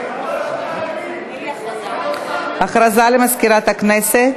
מזמן לא מונה, הודעה למזכירת הכנסת.